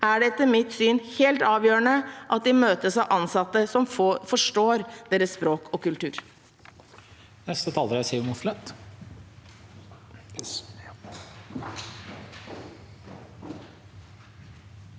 er det etter mitt syn helt avgjørende at de møtes av ansatte som forstår deres språk og kultur.